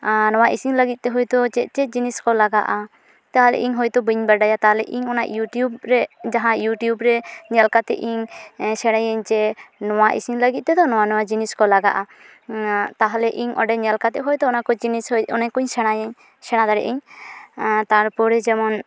ᱱᱚᱣᱟ ᱤᱥᱤᱱ ᱞᱟᱜᱤᱫᱛᱮ ᱦᱚᱭᱛᱚ ᱪᱮᱫᱪᱮᱫ ᱡᱤᱱᱤᱥᱠᱚ ᱞᱟᱜᱟᱜᱼᱟ ᱛᱟᱦᱚᱞᱮ ᱤᱧ ᱦᱚᱭᱛᱚ ᱵᱟᱹᱧ ᱵᱟᱰᱟᱭᱟ ᱛᱟᱦᱚᱞᱮ ᱤᱧ ᱚᱱᱟ ᱤᱭᱩᱴᱤᱭᱩᱵᱽ ᱨᱮ ᱡᱟᱦᱟᱸ ᱤᱭᱩᱴᱤᱭᱩᱵᱽ ᱨᱮ ᱧᱮᱞ ᱠᱟᱛᱮ ᱤᱧ ᱥᱮᱬᱟᱭᱟᱹᱧ ᱡᱮ ᱱᱚᱣᱟ ᱤᱥᱤᱱ ᱞᱟᱹᱜᱤᱫᱛᱮ ᱫᱚ ᱱᱚᱣᱟ ᱱᱚᱣᱟ ᱡᱤᱱᱤᱥᱠᱚ ᱞᱟᱜᱟᱼᱟ ᱛᱟᱦᱚᱞᱮ ᱤᱧ ᱚᱸᱰᱮ ᱧᱮᱞ ᱠᱟᱛᱮ ᱦᱚᱭᱛᱚ ᱚᱱᱟᱠᱚ ᱡᱤᱱᱤᱥ ᱚᱱᱟᱠᱚᱧ ᱥᱮᱬᱟᱭᱟᱹᱧ ᱥᱮᱬᱟ ᱫᱟᱲᱮᱼᱟᱹᱧ ᱛᱟᱨᱯᱚᱨᱮ ᱡᱮᱢᱱ